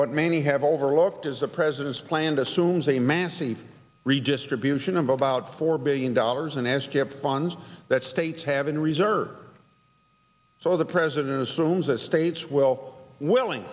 what many have overlooked is the president's planned assumes a massive redistribution of about four billion dollars and has kept funds that states have in reserve so the president assumes that states will willing